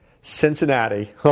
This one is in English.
Cincinnati